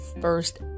first